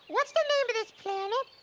what's the name of this planet?